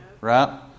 Right